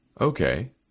Okay